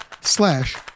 slash